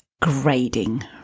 grading